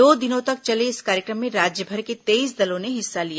दो दिनों तक चले इस कार्यक्रम में राज्यभर के तेईस दलों ने हिस्सा लिया